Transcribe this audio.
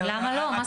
כי